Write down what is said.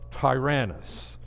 Tyrannus